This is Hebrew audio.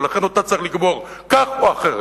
ולכן אותה צריך לגמור כך או אחרת,